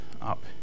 up